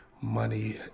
money